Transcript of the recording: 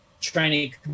training